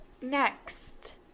Next